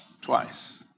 twice